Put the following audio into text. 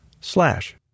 slash